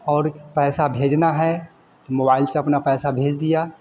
और एक पैसा भेजना है तो मोबाइल से अपना पैसा भेज दिया